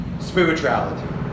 spirituality